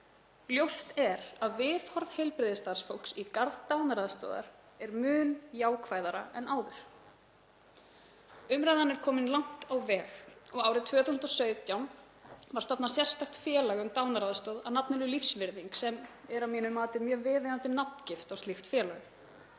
Ljóst er að viðhorf heilbrigðisstarfsfólks í garð dánaraðstoðar er mun jákvæðara en áður. Umræðan er komin langt á veg og árið 2017 var stofnað sérstakt félag um dánaraðstoð með nafninu Lífsvirðing, sem er að mínu mati mjög viðeigandi nafngift á slíkt félag.